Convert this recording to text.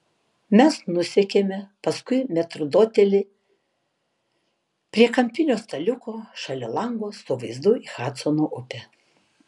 mes nusekėme paskui metrdotelį prie kampinio staliuko šalia lango su vaizdu į hadsono upę